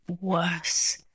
worse